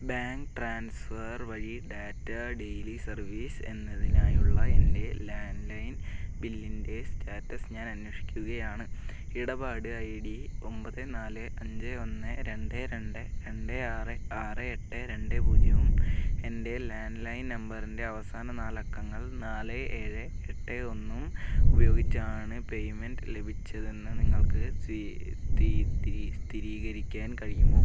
bank transfer വഴി data daily service എന്നതിനായുള്ള എൻ്റെ ലാൻലൈൻ ബില്ലിൻ്റെ സ്റ്റാറ്റസ് ഞാൻ അന്വേഷിക്കുകയാണ് ഇടപാട് ഐ ഡി ഒമ്പത് നാല് അഞ്ച് ഒന്ന് രണ്ട് രണ്ട് രണ്ട് ആറ് ആറ് എട്ട് രണ്ട് പൂജ്യവും എൻ്റെ ലാൻലൈൻ നമ്പറിൻ്റെ അവസാന നാല് അക്കങ്ങൾ നാല് ഏഴ് എട്ട് ഒന്നും ഉപയോഗിച്ചാണ് പേയ്മെൻ്റ് ലഭിച്ചതെന്ന് നിങ്ങൾക്ക് സ്ഥിരീകരിക്കാൻ കഴിയുമോ